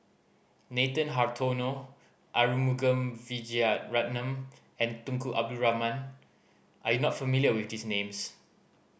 Nathan Hartono Arumugam Vijiaratnam and Tunku Abdul Rahman are you not familiar with these names